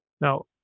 Now